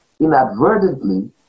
inadvertently